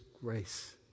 grace